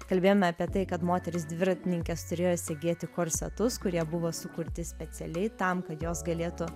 kalbėjome apie tai kad moterys dviratininkes turėjo segėti korsetus kurie buvo sukurti specialiai tam kad jos galėtų